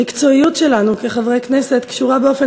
המקצועיות שלנו כחברי הכנסת קשורה באופן